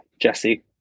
Jesse